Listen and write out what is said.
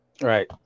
Right